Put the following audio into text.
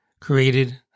created